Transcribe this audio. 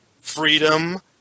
freedom